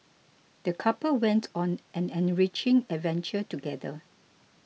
the couple went on an enriching adventure together